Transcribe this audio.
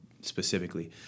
specifically